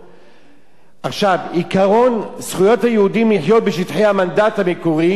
"זכויות היהודים לחיות בשטחי המנדט המקורי על-פי הזכויות ההיסטוריות